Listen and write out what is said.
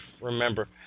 remember